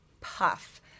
puff